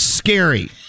Scary